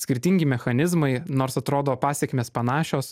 skirtingi mechanizmai nors atrodo pasekmės panašios